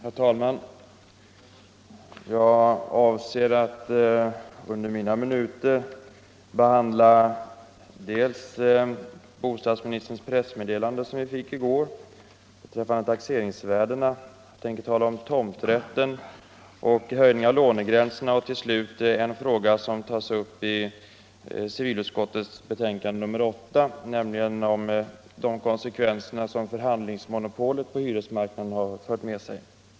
Herr talman! Jag avser att under mina minuter behandla bostadsministerns pressmeddelande beträffande taxeringsvärdena, som vi fick i går. Jag tänker även tala om tomträtten och höjningen av lånegränserna och till slut om en fråga som tas upp i civilutskottets betänkande nr 8, nämligen om de konsekvenser som förhandlingsmonopolet på hyresmarknaden har fört med sig.